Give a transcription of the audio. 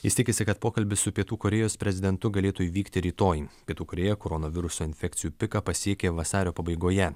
jis tikisi kad pokalbis su pietų korėjos prezidentu galėtų įvykti rytoj pietų korėja koronaviruso infekcijų piką pasiekė vasario pabaigoje